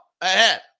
ahead